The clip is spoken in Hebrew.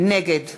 נגד